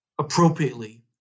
appropriately